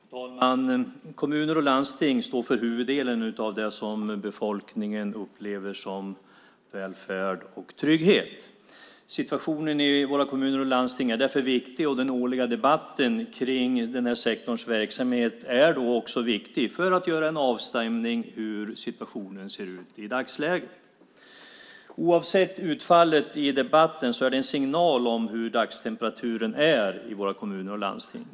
Fru talman! Kommuner och landsting står för huvuddelen av det som befolkningen upplever som välfärd och trygghet. Situationen i våra kommuner och landsting är därför viktig, och den årliga debatten om den sektorns verksamhet är då viktig för att göra en avstämning av hur situationen ser ut i dagsläget. Oavsett utfallet i debatten är det en signal om hur dagstemperaturen är i våra kommuner och landsting.